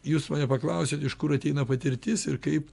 jūs mane paklausiat iš kur ateina patirtis ir kaip